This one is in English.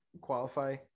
qualify